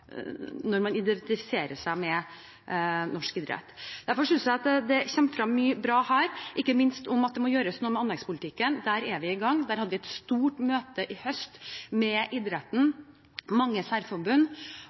identifiserer seg med norsk idrett. Derfor synes jeg at det kommer frem mye bra her, ikke minst om at det må gjøres noe med anleggspolitikken. Der er vi i gang. Vi hadde et stort møte med idretten i høst, med